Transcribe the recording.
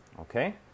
Okay